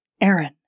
Aaron